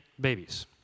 babies